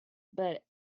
but